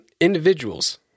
individuals